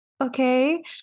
okay